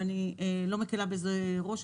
ואני לא מקלה בזה ראש,